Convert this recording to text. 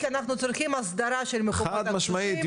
כי אנחנו צריכים הסדרה של --- חד משמעית,